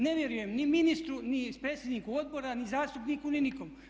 Ne vjerujem ni ministru, ni predsjedniku odbora, ni zastupniku ni nikom.